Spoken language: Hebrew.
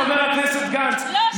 חבר הכנסת גנץ,